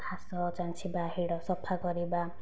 ଘାସ ଚାଁଛିବା ହିଡ଼ ସଫା କରିବା